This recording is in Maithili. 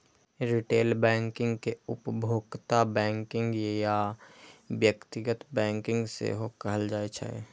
रिटेल बैंकिंग कें उपभोक्ता बैंकिंग या व्यक्तिगत बैंकिंग सेहो कहल जाइ छै